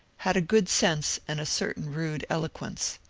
had good sense and a certain rude eloquence.